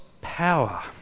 power